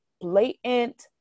blatant